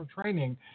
training